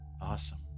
Awesome